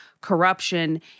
corruption